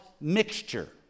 mixture